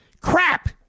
Crap